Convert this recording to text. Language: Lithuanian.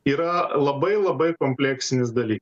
yra labai labai kompleksinis dalykas